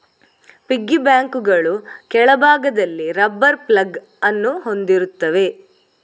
piggy ಬ್ಯಾಂಕುಗಳು ಕೆಳಭಾಗದಲ್ಲಿ rubber plug ಅನ್ನು ಹೊಂದಿರುತ್ತವೆ